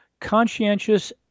conscientious